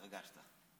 התרגשת.